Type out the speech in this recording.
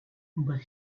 but